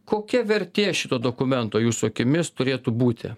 kokia vertė šito dokumento jūsų akimis turėtų būti